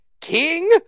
King